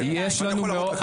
אני יכול להראות לך.